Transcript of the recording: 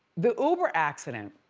the uber accident.